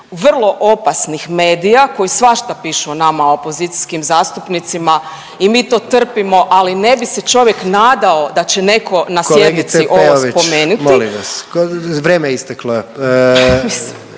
vrlo opasnih medija koji svašta pišu o nama opozicijskim zastupnicima i mi to trpimo. Ali ne bi se čovjek nadao da će netko na sjednici ovo spomenuti. **Jandroković, Gordan (HDZ)** Kolegice